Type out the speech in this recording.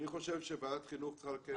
אני חושב שוועדת החינוך צריכה לקיים דיון.